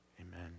Amen